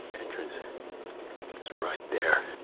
entrance is right there.